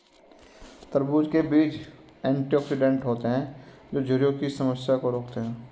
तरबूज़ के बीज एंटीऑक्सीडेंट होते है जो झुर्रियों की समस्या को रोकते है